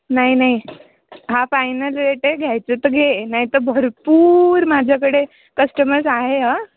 नाही नाही हा फायनल रेट आहे घ्यायचं तर घे नाही तर भरपूर माझ्याकडे कस्टमर्स आहे हं